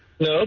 No